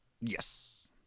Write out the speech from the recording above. Yes